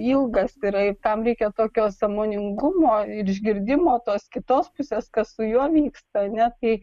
ilgas yra ir tam reikia tokio sąmoningumo ir išgirdimo tos kitos pusės kas su juo vyksta ar ne tai